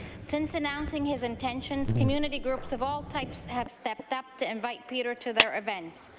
since announcing his intentions, community groups of all types have stepped up to invite peter to their events.